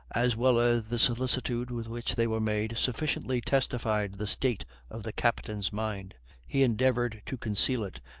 as well as the solicitude with which they were made, sufficiently testified the state of the captain's mind he endeavored to conceal it,